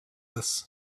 this